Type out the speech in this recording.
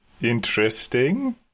interesting